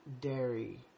dairy